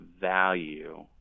value